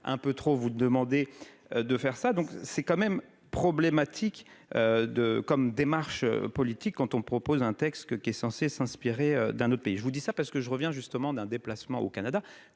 un peu trop vous demander de faire ça, donc c'est quand même problématique de comme démarche politique quand on propose un texte que qui est censé s'inspirer d'un autre pays, je vous dis ça parce que je reviens justement d'un déplacement au Canada,